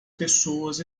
pessoas